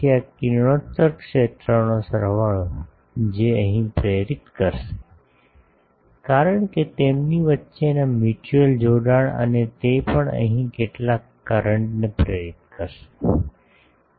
તેથી આ કિરણોત્સર્ગ ક્ષેત્રનો સરવાળો જે અહીં પ્રેરિત કરશે કારણ કે તેમની વચ્ચેના મ્યુચ્યુઅલ જોડાણ અને તે પણ અહીં કેટલાક કરંટને પ્રેરિત કરશે